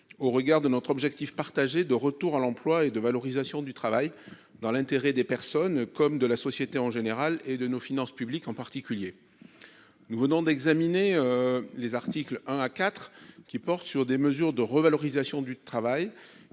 au regard de notre objectif partagé de retour à l'emploi et de valorisation du travail, dans l'intérêt des personnes, de la société en général et de nos finances publiques en particulier. Nous venons d'examiner les articles 1 à 4 . Les mesures de revalorisation du travail